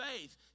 faith